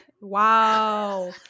Wow